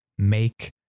make